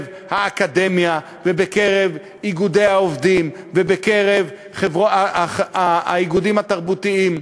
האקדמיה ובקרב איגודי העובדים ובקרב האיגודים התרבותיים,